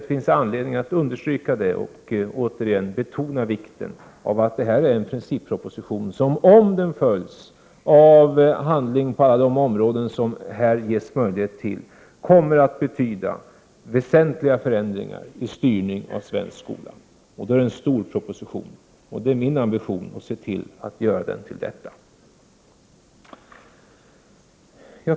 Det finns anledning att än en gång betona att detta är en principproposition och att om den följs av handling på alla de områden som det här ges möjlighet till, kommer den att betyda väsentliga förändringar när det gäller styrningen av den svenska skolan. Om så sker är det en stor proposition, och det är min ambition att göra den till detta.